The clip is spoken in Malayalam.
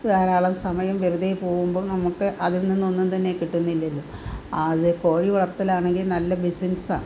ധാരാളം സമയം വെറുതേ പോവുമ്പം നമുക്ക് അതിൽ നിന്നൊന്നും തന്നെ കിട്ടുന്നില്ലല്ലോ അത് കോഴി വളർത്തലാണെങ്കിൽ നല്ല ബിസിനസാണ്